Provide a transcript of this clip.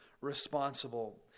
responsible